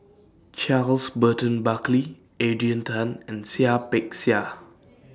Charles Burton Buckley Adrian Tan and Seah Peck Seah